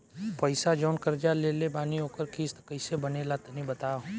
पैसा जऊन कर्जा लेले बानी ओकर किश्त कइसे बनेला तनी बताव?